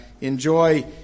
enjoy